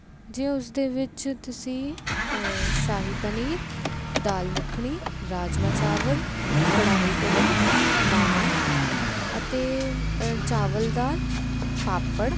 ਜੇ ਉਸਦੇ ਵਿੱਚ ਤੁਸੀਂ ਸ਼ਾਹੀ ਪਨੀਰ ਦਾਲ ਮੱਖਣੀ ਰਾਜਮਾ ਚਾਵਲ ਕੜ੍ਹਾਹੀ ਪਨੀਰ ਨਾਨ ਅਤੇ ਚਾਵਲ ਦਾਲ ਪਾਪੜ